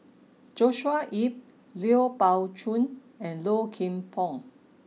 Joshua Ip Lui Pao Chuen and Low Kim Pong